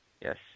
Yes